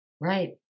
Right